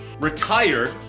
retired